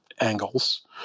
angles